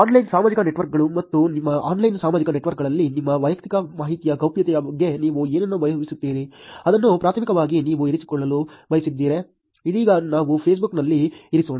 online ಸಾಮಾಜಿಕ ನೆಟ್ವರ್ಕ್ಗಳು ಮತ್ತು ನಿಮ್ಮ ಆನ್ಲೈನ್ ಸಾಮಾಜಿಕ ನೆಟ್ವರ್ಕ್ಗಳಲ್ಲಿ ನಿಮ್ಮ ವೈಯಕ್ತಿಕ ಮಾಹಿತಿಯ ಗೌಪ್ಯತೆಯ ಬಗ್ಗೆ ನೀವು ಏನನ್ನು ಭಾವಿಸುತ್ತೀರಿ ಅದನ್ನು ಪ್ರಾಥಮಿಕವಾಗಿ ನೀವು ಇರಿಸಿಕೊಳ್ಳಲು ಬಯಸಿದರೆ ಇದೀಗ ನಾವು ಫೇಸ್ಬುಕ್ನಲ್ಲಿ ಇರಿಸೋಣ